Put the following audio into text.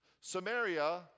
Samaria